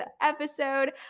episode